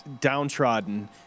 downtrodden